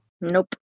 Nope